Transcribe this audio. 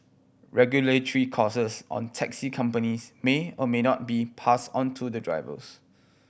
regulatory costs on taxi companies may or may not be passed onto drivers